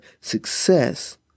success